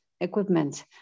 equipment